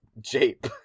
Jape